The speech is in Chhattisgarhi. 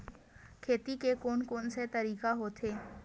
खेती के कोन कोन से तरीका होथे?